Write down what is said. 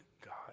God